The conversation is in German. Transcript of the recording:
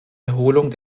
erholung